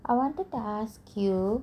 I wanted to ask you